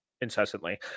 incessantly